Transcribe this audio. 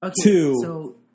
Two